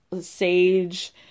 sage